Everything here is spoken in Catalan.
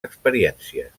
experiències